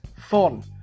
fun